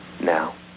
now